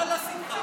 חלאס איתך.